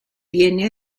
viene